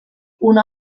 una